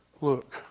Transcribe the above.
Look